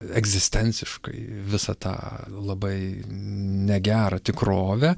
egzistenciškai visą tą labai negerą tikrovę